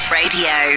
radio